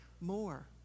more